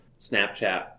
Snapchat